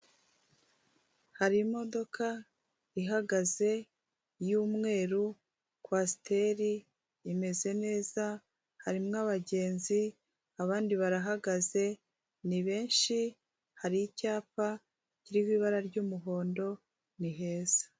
Hari imodoka ihagaze y'umweru kwasiteri imeze neza harimo abagenzi abandi barahagaze ni benshi hari icyapa kiriho ibara ry'umuhondo ni heza.